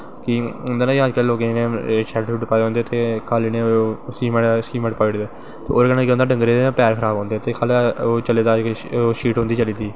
क् इयां याद करी लैओ कि शैड शुड्ड पाई जंदे ते एह्ॅदे कन्नैं केह् होंदा कि डंगरें दे पैर खराब होंदे थल्लै शीट होंदी चली दी